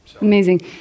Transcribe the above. Amazing